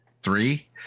three